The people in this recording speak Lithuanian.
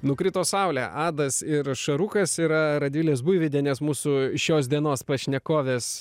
nukrito saulė adas ir šarukas yra radvilės buivydienės mūsų šios dienos pašnekovės